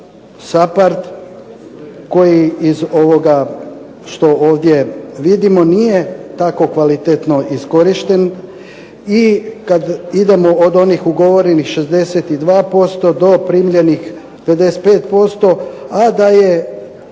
koji iz ovoga što ovdje vidimo nije tako kvalitetno iskorišten i kad idemo od onih ugovorenih 62% do primljenih 55% a da je